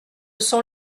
sont